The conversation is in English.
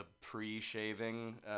pre-shaving